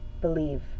BELIEVE